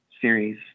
series